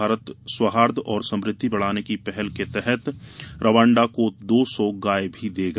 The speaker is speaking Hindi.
भारत सौहार्द और समृद्धि बढ़ाने की पहल के तहत रवांडा को दो सौ गाय भी देगा